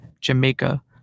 Jamaica